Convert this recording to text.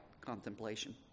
contemplation